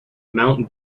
mount